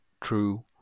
true